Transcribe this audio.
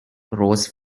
rose